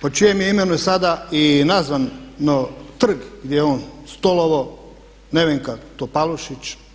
po čijem je imenu sada i nazvano trg gdje je on stolovao, Nevenka Topalušić.